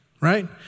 right